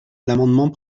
l’amendement